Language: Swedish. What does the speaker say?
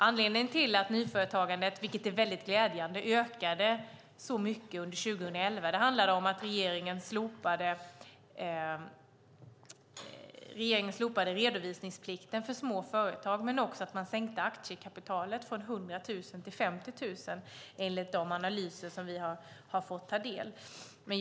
Anledningen till att nyföretagandet ökade så mycket under 2011, vilket är väldigt glädjande, var att regeringen slopade redovisningsplikten för små företag men också att man sänkte aktiekapitalet från 100 000 kronor till 50 000 kronor, enligt de analyser som vi har fått ta del av.